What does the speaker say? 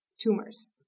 tumors